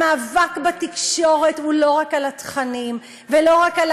המאבק בתקשורת הוא לא רק על התכנים ולא רק על